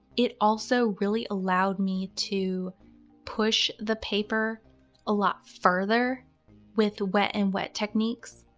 it also really allowed me to push the paper a lot further with the wet and wet techniques,